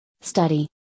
study